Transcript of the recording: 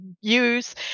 use